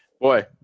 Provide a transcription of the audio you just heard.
boy